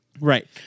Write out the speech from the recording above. Right